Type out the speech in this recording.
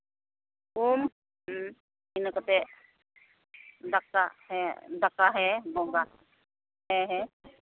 ᱩᱢ ᱦᱮᱸ ᱤᱱᱟᱹ ᱠᱟᱛᱮᱫ ᱫᱟᱠᱟ ᱦᱮᱸ ᱫᱟᱠᱟ ᱦᱮᱸ ᱵᱚᱸᱜᱟ ᱦᱮᱸ ᱦᱮᱸ